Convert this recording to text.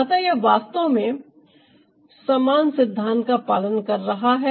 अतः यह वास्तव में समान सिद्धांत का पालन कर रहा है